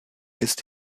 ist